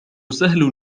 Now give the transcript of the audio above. سهل